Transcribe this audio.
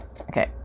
Okay